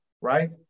right